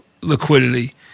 liquidity